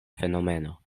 fenomeno